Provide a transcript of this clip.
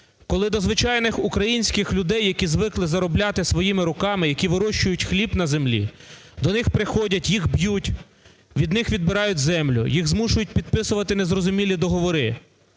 Коли до звичайних українських людей, які звикли заробляти своїми руками, які вирощують хліб на землі, до них приходять, їх б'ють, від них відбирають землю, їх змушують підписувати незрозумілі договори.